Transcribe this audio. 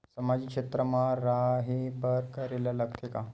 सामाजिक क्षेत्र मा रा हे बार का करे ला लग थे